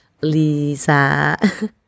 Lisa